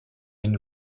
une